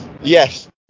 Yes